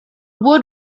wood